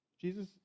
Jesus